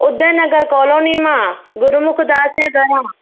Udaynagar colony मां गुरमुखदास जे घरां